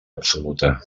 absoluta